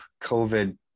COVID